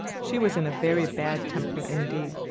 she was in a very bad temper indeed.